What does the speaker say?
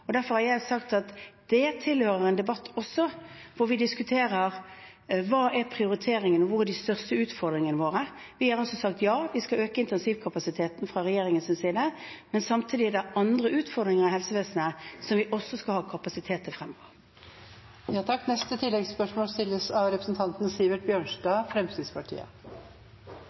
Derfor har jeg sagt at det tilhører en debatt der vi diskuterer hva som er prioriteringene, og hvor de største utfordringene våre er. Vi har sagt at ja, vi skal øke intensivkapasiteten fra regjeringens side, men samtidig er det andre utfordringer i helsevesenet som vi også skal ha kapasitet til fremover. Sivert Bjørnstad – til oppfølgingsspørsmål. På veien mot åpning av